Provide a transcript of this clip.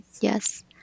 Yes